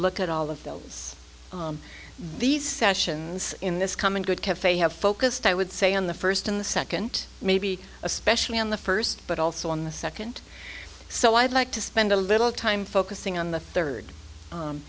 look at all the films these sessions in this common good cafe have focused i would say on the first and the second maybe especially on the first but also on the second so i'd like to spend a little time focusing on the third